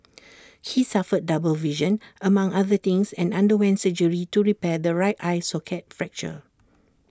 he suffered double vision among other things and underwent surgery to repair the right eye socket fracture